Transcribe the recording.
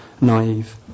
naive